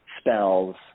spells